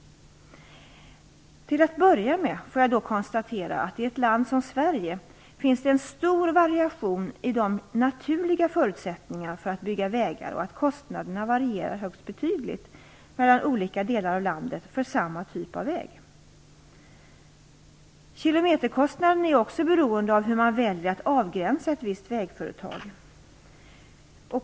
Till att börja med får jag då konstatera att det i ett land som Sverige finns en stor variation i de naturliga förutsättningarna för att bygga vägar och att kostnaderna varierar högst betydligt mellan olika delar av landet för samma typ av väg. Kilometerkostnaden är också beroende av hur man väljer att avgränsa ett visst vägföretag.